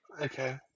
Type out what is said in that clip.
Okay